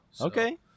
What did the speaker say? Okay